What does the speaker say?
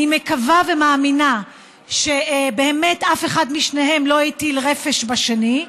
אני מקווה ומאמינה שבאמת אף אחד משניהם לא הטיל רפש בשני,